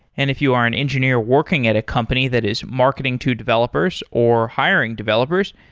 and if you are an engineer working at a company that is marketing to developers or hiring developers,